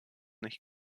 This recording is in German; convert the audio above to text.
nicht